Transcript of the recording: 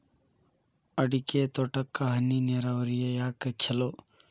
ಅಡಿಕೆ ತೋಟಕ್ಕ ಹನಿ ನೇರಾವರಿಯೇ ಯಾಕ ಛಲೋ?